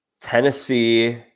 Tennessee